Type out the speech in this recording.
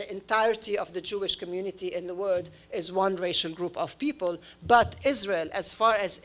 the entirety of the jewish community in the word is one racial group of people but israel as far as